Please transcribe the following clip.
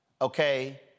Okay